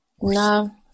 no